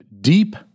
deep